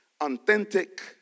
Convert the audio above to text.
authentic